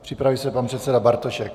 Připraví se pan předseda Bartošek.